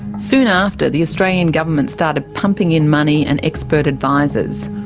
soon after, the australian government started pumping in money and expert advisors.